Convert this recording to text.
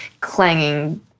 clanging